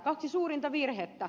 kaksi suurinta virhettä